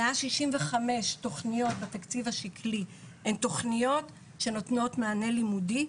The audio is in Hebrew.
165 תוכניות בתקציב השקלי הן תוכניות שנותנות מענה לימודי.